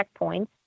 checkpoints